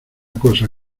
cosa